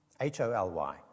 H-O-L-Y